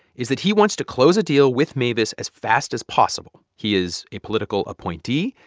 is that he wants to close a deal with mavis as fast as possible. he is a political appointee.